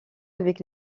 avec